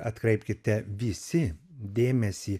atkreipkite visi dėmesį